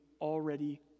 already